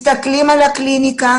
מסתכלים על הקליניקה.